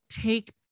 take